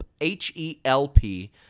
H-E-L-P